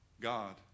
God